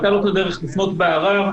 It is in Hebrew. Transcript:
הייתה לו הדרך לפנות בערר.